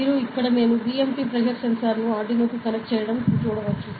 మీరు ఇక్కడ నేను బిఎమ్పి ప్రెజర్ సెన్సార్ను ఆర్డునోకు కనెక్ట్ చెయ్యడం చూడవచ్చు